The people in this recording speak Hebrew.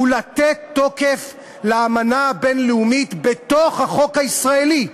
הוא לתת תוקף לאמנה הבין-לאומית בתוך החוק הישראלי,